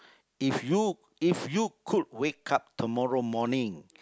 if you if you could wake up tomorrow morning